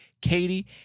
Katie